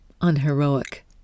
unheroic